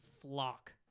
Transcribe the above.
flock